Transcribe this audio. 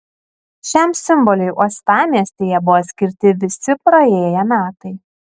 šiam simboliui uostamiestyje buvo skirti visi praėję metai